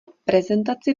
prezentaci